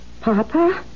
Papa